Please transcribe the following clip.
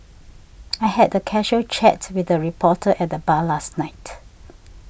I had a casual chat with a reporter at the bar last night